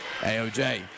AOJ